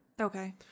Okay